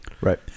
Right